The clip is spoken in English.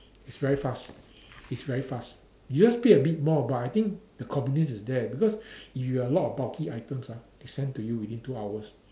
it's very fast it's very fast you just pay a bit more but I think the convenience is there because if you have lot of bulky items ah they send to you within two hours